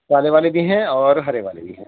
کالے والے بھی ہیں اور ہرے والے بھی ہیں